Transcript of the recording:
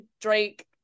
drake